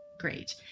great.